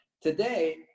Today